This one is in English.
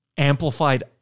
amplified